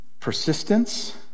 Persistence